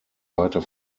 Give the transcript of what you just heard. weiter